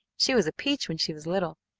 she was a peach when she was little.